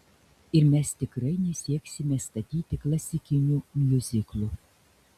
ir mes tikrai nesieksime statyti klasikinių miuziklų